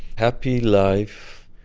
happy life,